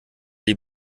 die